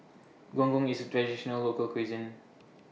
Gong Gong IS A Traditional Local Cuisine